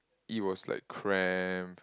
it was like cramp